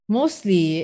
mostly